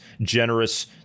generous